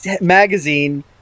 Magazine